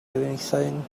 anything